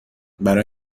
برا